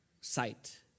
sight